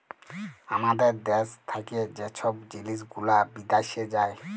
আমাদের দ্যাশ থ্যাকে যে ছব জিলিস গুলা বিদ্যাশে যায়